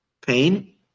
pain